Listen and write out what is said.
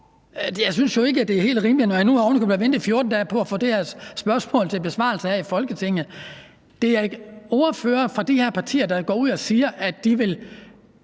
Jeg synes jo ikke, det svar er helt rimeligt, når jeg nu ovenikøbet har ventet 14 dage på at få det her spørgsmål til besvarelse her i Folketinget. Det er ordførere fra de her partier, der går ud og siger, at de vil